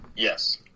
yes